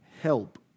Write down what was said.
Help